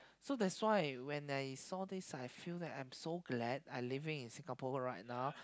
so that's why when I saw this I feel that I am so glad I living in Singapore right now